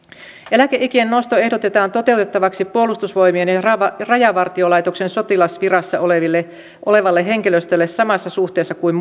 eläkeikien nosto ehdotetaan toteutettavaksi puolustusvoimien ja ja rajavartiolaitoksen sotilasvirassa olevalle olevalle henkilöstölle samassa suhteessa kuin